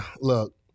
look